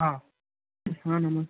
ହଁ ହଁ ନମସ୍କାର